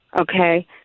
Okay